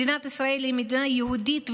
מדינת ישראל היא מדינה יהודית ודמוקרטית.